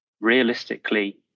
Realistically